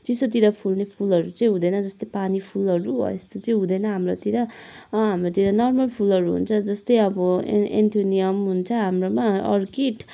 चिसोतिर फुल्ने फुलहरू चाहिँ हुँदैन जस्तो पानी फुलहरू हो यस्तो चाहिँ हुँदैन हाम्रोतिर हाम्रोतिर नर्मल फुलहरू हुन्छ जस्तै अब एन एनथोनियम हुन्छ हाम्रोमा अर्किट